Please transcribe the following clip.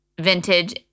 vintage